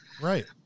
Right